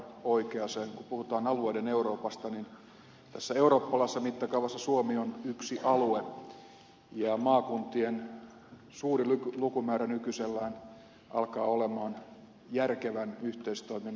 kun puhutaan alueiden euroopasta niin tässä eurooppalaisessa mittakaavassa suomi on yksi alue ja maakuntien suuri lukumäärä nykyisellään alkaa olla järkevän yhteistoiminnan este